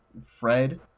Fred